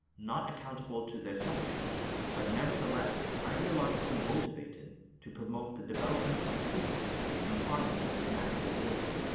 not accountable to their subjects but nevertheless ideologically motivated to promote the development of people in harmony with natural order.